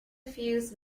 fuse